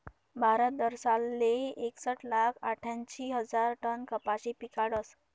भारत दरसालले एकसट लाख आठ्यांशी हजार टन कपाशी पिकाडस